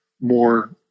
more